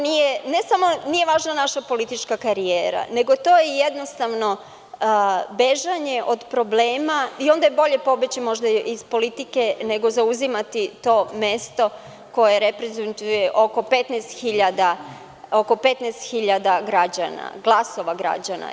Ne samo da nije važna naša politička karijera, nego to je jednostavno bežanje od problema i onda je bolje pobeći možda iz politike nego zauzimati to mesto koje reprezentuje oko 15.000 glasova građana.